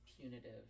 punitive